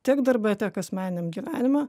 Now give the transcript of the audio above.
tiek darbe tiek asmeniniam gyvenime